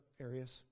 areas